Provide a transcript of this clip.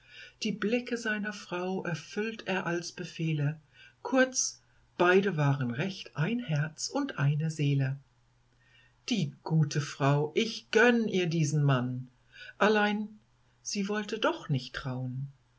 die blicke seiner frau erfüllt er als befehle kurz beide waren recht ein herz und eine seele die gute frau ich gönn ihr diesen mann allein sie wollte doch nicht trauen